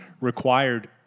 required